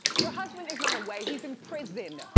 your husband is not away, he's in prison!